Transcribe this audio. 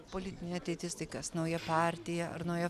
politinė ateitis tai kas nauja partija ar nauja